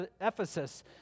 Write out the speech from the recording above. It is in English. Ephesus